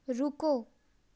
ਰੁਕੋ